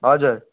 हजुर